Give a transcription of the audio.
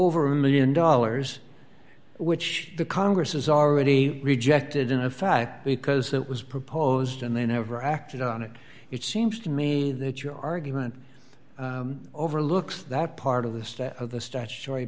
over a one million dollars which the congress has already rejected in fact because it was proposed and they never acted on it it seems to me that your argument overlooks that part of the state of the statutory